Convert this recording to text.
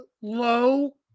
low